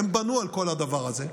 הם בנו על כל הדבר הזה.